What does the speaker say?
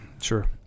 sure